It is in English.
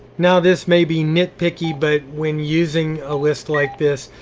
now this may be nitpicky, but when using a list like this,